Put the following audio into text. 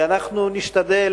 ואנחנו נשתדל,